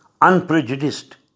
unprejudiced